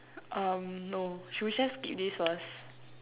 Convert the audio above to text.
um no should we just skip this first